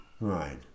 Right